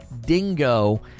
Dingo